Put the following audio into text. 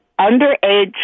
underage